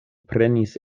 prenis